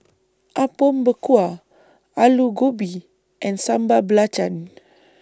Apom Berkuah Aloo Gobi and Sambal Belacan